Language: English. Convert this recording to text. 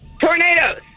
Tornadoes